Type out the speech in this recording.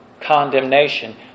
condemnation